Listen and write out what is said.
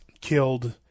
killed